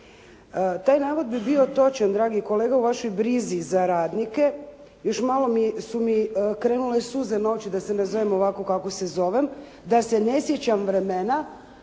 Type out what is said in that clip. Taj navod bi bio točan dragi kolega u vašoj brizi za radnike, još malo su mi krenule suze na oči da se ne zovem ovako kako se zovem, da se ne sjećam vremena